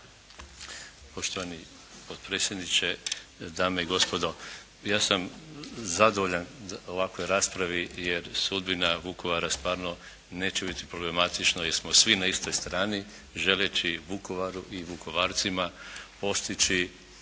Poštovani potpredsjedniče, dame i gospodo. Ja sam zadovoljan ovakvom raspravom, jer sudbina Vukovara stvarno neće biti problematična jer smo svi na istoj strani, želeći Vukovaru i Vukovarcima postići